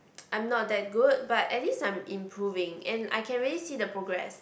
I'm not that good but at least I'm improving and I can really see the progress